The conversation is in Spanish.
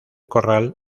corral